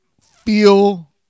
feel